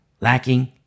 lacking